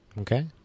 Okay